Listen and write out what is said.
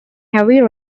heavy